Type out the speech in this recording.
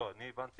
אני הבנתי